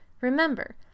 Remember